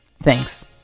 thanks